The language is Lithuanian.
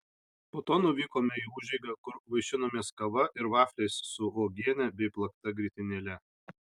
po to nuvykome į užeigą kur vaišinomės kava ir vafliais su uogiene bei plakta grietinėle